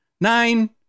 nine